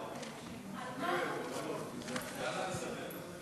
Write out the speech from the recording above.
גברתי היושבת-ראש,